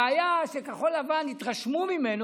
הבעיה שכחול לבן התרשמו ממנו.